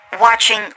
watching